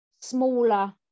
smaller